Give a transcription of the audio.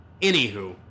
Anywho